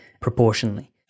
proportionally